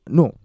no